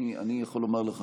אני יכול לומר לך,